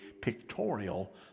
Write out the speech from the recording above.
pictorial